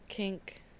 Kink